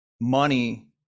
money